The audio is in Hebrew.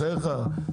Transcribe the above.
בחייך.